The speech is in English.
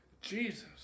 Jesus